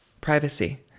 Privacy